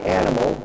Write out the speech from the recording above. animal